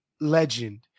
legend